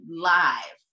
live